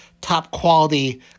top-quality